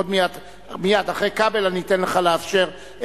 מייד אחרי כבל אני אאפשר לך,